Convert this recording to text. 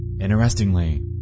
Interestingly